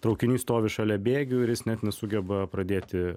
traukinys stovi šalia bėgių ir jis net nesugeba pradėti